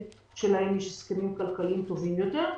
שלהם יש הסכמים כלכליים טובים יותר,